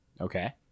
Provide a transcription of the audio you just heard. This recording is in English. Okay